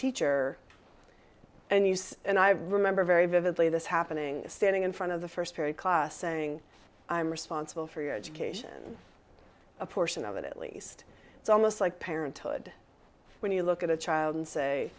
teacher and use and i remember very vividly this happening standing in front of the first theory class saying i'm responsible for your education a portion of it at least it's almost like parenthood when you look at a child and say